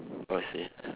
oh I see